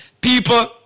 People